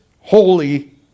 holy